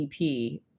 EP